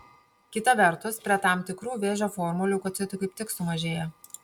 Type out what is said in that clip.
kita vertus prie tam tikrų vėžio formų leukocitų kaip tik sumažėja